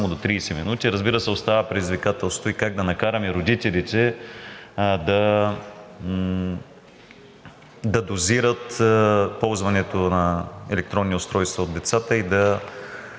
до 30 минути. Разбира се, остава предизвикателството и как да накараме родителите да дозират ползването на електронни устройства от децата и да